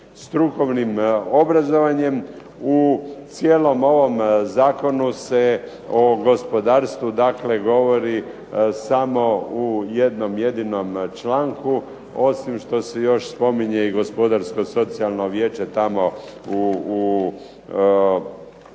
strukovnim obrazovanjem u cijelom ovom Zakonu se o gospodarstvu dakle govori u samo jednom jedinom članku osim što se još spominje i gospodarsko socijalno vijeće tamo na